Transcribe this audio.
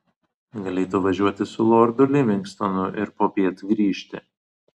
galėtų važiuoti su lordu livingstonu ir popiet grįžti